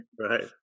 Right